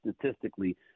statistically